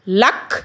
luck